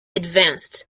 advanced